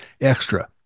extra